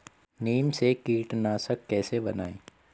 नीम से कीटनाशक कैसे बनाएं?